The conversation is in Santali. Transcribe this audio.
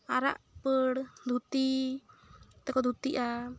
ᱟᱨᱟᱜ ᱯᱟᱹᱲ ᱫᱷᱩᱛᱤ ᱛᱮᱠᱚ ᱫᱷᱩᱛᱤᱜᱼᱟ